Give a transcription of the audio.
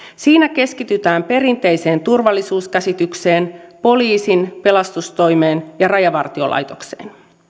siinä keskitytään perinteiseen turvallisuuskäsitykseen poliisiin pelastustoimeen ja rajavartiolaitokseen